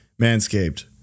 Manscaped